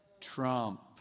Trump